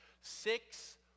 Six